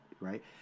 right